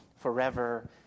forever